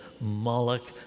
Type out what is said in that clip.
Moloch